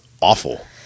awful